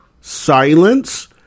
silence